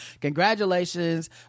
Congratulations